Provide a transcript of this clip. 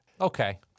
Okay